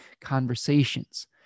conversations